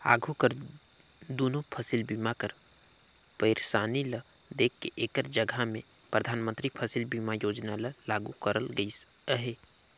आघु कर दुनो फसिल बीमा कर पइरसानी ल देख के एकर जगहा में परधानमंतरी फसिल बीमा योजना ल लागू करल गइस अहे